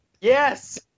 Yes